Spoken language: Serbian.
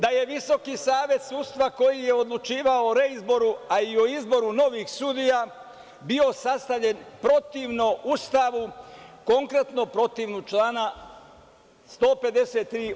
Da je Visoki savet sudstva, koji je odlučivao o reizboru, a i o izboru novih sudija, bio sastavljen protivno Ustavu, konkretno protivno člana 153.